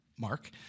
Mark